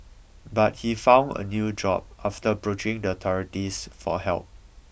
but he found a new job after approaching the authorities for help